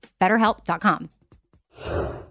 BetterHelp.com